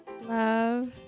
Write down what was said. love